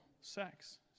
Sex